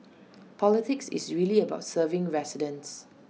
politics is really about serving residents